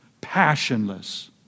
passionless